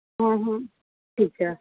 ਠੀਕ ਹੈ